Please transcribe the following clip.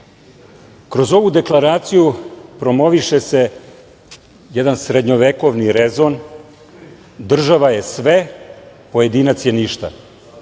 Kroz ovu deklaraciju promoviše se jedan srednjevekovni rezone, država je sve, pojedinac je ništa.